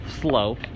slow